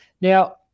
Now